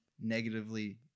negatively